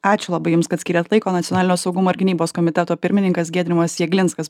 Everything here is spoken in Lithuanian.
ačiū labai jums kad skyrėt laiko nacionalinio saugumo ir gynybos komiteto pirmininkas giedrimas jeglinskas buvo su